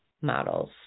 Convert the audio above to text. models